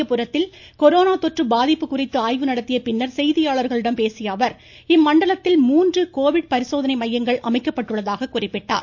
ராயபுரத்தில் கொரோனா தொற்று பாதிப்பு குறித்து ஆய்வு நடத்திய பின்னா் செய்தியாளர்களிடம் பேசிய அவர் இம்மண்டலத்தில் மூன்று கோவிட் பரிசோதனை மையங்கள் அமைக்கப்பட்டுள்ளதாக குறிப்பிட்டார்